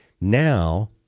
Now